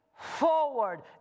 forward